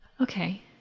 Okay